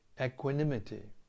equanimity